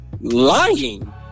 lying